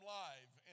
live